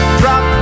drop